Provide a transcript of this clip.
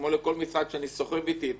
כמו לכל משרד שאני סוחב איתי את